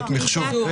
מידע.